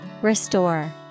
Restore